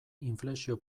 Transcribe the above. inflexio